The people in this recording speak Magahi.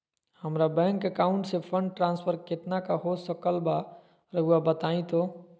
हमरा बैंक अकाउंट से फंड ट्रांसफर कितना का हो सकल बा रुआ बताई तो?